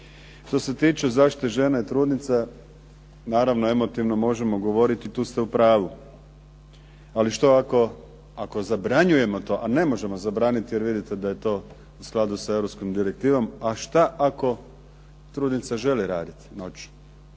Što se tiče zaštite žena i trudnica, naravno emotivno možemo govoriti tu ste u pravu. Ali što ako zabranjujemo to, a ne možemo zabraniti jer vidite da je to u skladu sa europskom direktivom. A šta ako trudnica želi raditi noću?